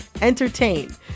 entertain